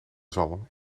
zalm